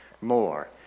More